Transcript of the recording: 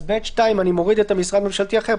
אז ב-22כא(ב)(2) אני מוריד את ה"משרד ממשלתי אחר".